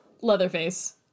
Leatherface